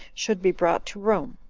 should be brought to rome.